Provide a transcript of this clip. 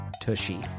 Tushy